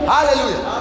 Hallelujah